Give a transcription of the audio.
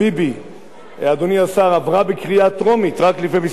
עברה בקריאה טרומית רק לפני שבועות מספר,